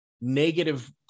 negative